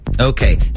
Okay